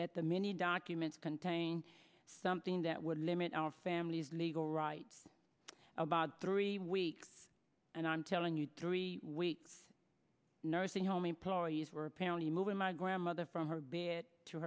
that the many documents contain something that would limit our family's legal rights about three weeks and i'm telling you three weeks nursing home employees were apparently moving my grandmother from her bed to